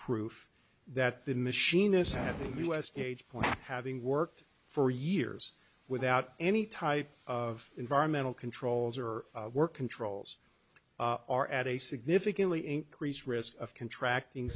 proof that the machine is having us age point having worked for years without any type of environmental controls or work controls are at a significantly increased risk of contracting